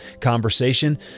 conversation